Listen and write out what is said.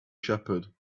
shepherd